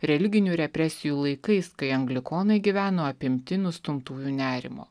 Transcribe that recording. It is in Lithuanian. religinių represijų laikais kai anglikonai gyveno apimti nustumtųjų nerimo